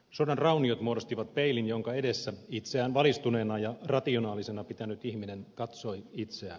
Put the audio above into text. sodan rauniot muodostivat peilin jonka edessä itseään valistuneena ja rationaalisena pitänyt ihminen katsoi itseään